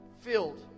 filled